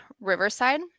Riverside